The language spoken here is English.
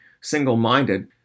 single-minded